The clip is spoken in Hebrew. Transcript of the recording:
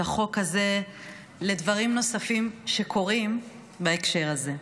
החוק הזה לדברים נוספים שקורים בהקשר הזה.